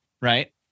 right